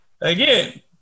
Again